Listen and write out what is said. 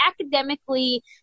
academically